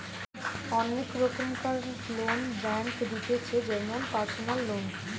অনেক রোকমকার loan bank দিতেছে যেমন পারসনাল লোন